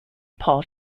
paul